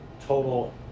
total